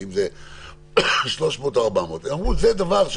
האם זה 300 או 400. הם אמרו: זה דבר שהוא